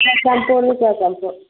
ꯆꯨꯔꯥꯆꯥꯟꯄꯨꯔꯅꯤ Churachandpur